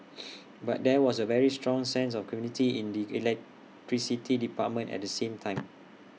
but there was A very strong sense of community in the electricity department at the same time